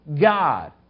God